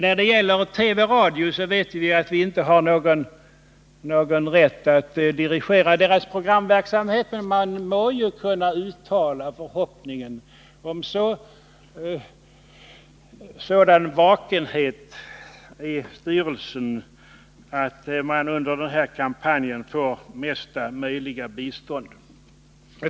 När det gäller radio och TV vet vi att vi inte har någon rätt att dirigera programverksamheten. Men man må kunna uttala förhoppningen om sådan vakenhet i styrelsen att den här kampanjen får bästa möjliga bistånd.